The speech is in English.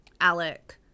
Alec